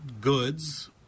goods